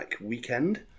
weekend